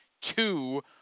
two